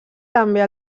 també